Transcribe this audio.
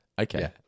Okay